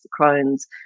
Crohn's